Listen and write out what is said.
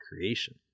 creation